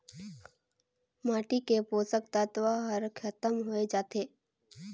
माटी के पोसक तत्व हर खतम होए जाथे